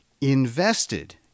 invested